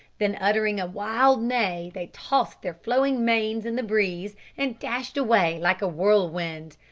than, uttering a wild neigh, they tossed their flowing manes in the breeze and dashed away like a whirlwind.